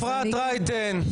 אפרת רייטן.